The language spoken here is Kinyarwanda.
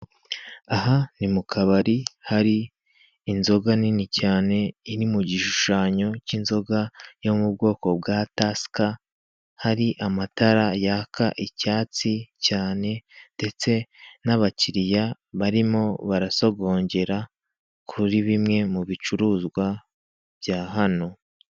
Aha ni mukabari hari inzoga nini cyane iri mu gishushanyo cy'inzoga yo mu bwoko bwa tasika, hari amatara yaka icyatsi cyane, ndetse n'abakiriya barimo barasogongera kuri bimwe mu bicuruzwa bya hano.